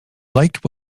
liked